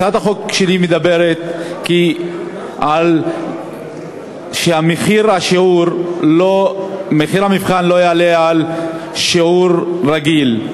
הצעת החוק שלי מדברת על כך שמחיר המבחן לא יעלה על מחיר שיעור רגיל,